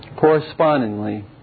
Correspondingly